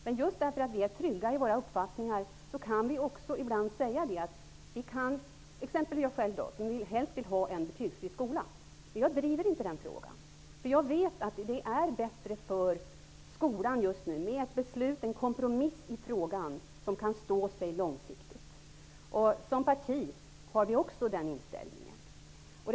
Men vi är ändå trygga i våra uppfattningar. Jag själv vill t.ex. helst ha en betygsfri skola, men jag driver inte den frågan, eftersom jag vet att det just nu är bättre för skolan med ett beslut, en kompromiss i frågan, som kan stå sig långsiktigt. Som parti har vi också den inställningen.